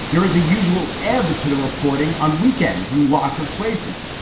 there is a usual ebb to the reporting on weekends and lots of places.